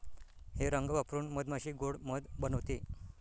हे रंग वापरून मधमाशी गोड़ मध बनवते